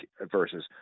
versus